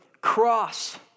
cross